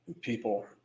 people